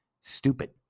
Stupid